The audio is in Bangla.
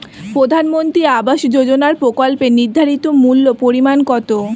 প্রধানমন্ত্রী আবাস যোজনার প্রকল্পের নির্ধারিত মূল্যে পরিমাণ কত?